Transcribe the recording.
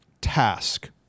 task